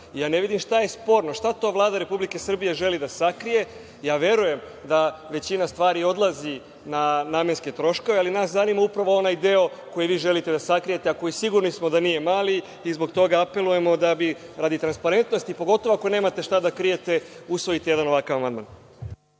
pare. Ne vidim šta je sporno, šta to Vlada Republike Srbije želi da sakrije. Verujem da većina stvari odlazi na namenske troškove, ali nas zanima onaj deo koji vi želite da sakrijete, a koji sigurno nije mali i zbog toga apelujemo, radi transparentnosti, pogotovo ako nemate šta da krijete, da usvojite jedan ovakav amandman.